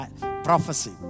Prophecy